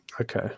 Okay